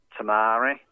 tamari